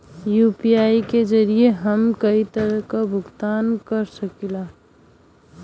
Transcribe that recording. UPI के जरिये हम कई तरे क भुगतान कर सकीला